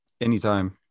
anytime